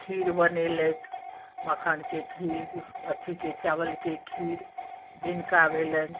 खीर बनेलथि मखानके खीर अथीके चावलके खीर जिनका भेलनि